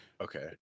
Okay